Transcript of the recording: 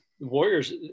Warriors